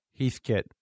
Heathkit